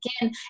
again